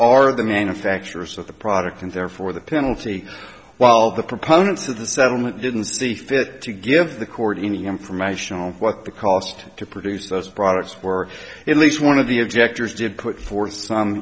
are the manufacturers of the product and therefore the penalty while the proponents of the settlement didn't see fit to give the court any information on what the cost to produce those products were at least one of the objectors did put forth some